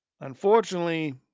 Unfortunately